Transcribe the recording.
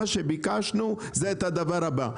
מה שביקשנו זה את הדבר הבא,